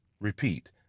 repeat